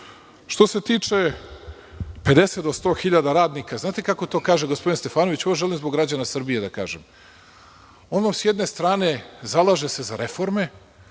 se tiče 50.000 do 100.000 radnika, znate kako to kaže gospodin Stefanović, ovo želim zbog građana Srbije da kažem, on s jedne strane se zalaže za reforme,